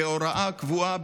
כהוראה קבועה,